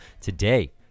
Today